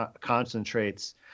concentrates